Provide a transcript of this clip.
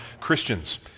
Christians